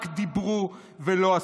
רק דיברו ולא עשו.